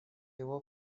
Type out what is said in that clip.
его